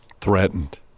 threatened